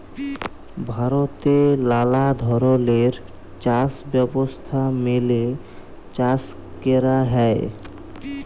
ভারতে লালা ধরলের চাষ ব্যবস্থা মেলে চাষ ক্যরা হ্যয়